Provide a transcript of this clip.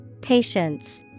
Patience